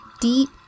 deep